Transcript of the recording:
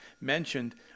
mentioned